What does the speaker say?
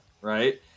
right